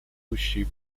идущие